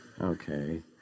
Okay